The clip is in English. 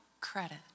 credit